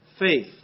faith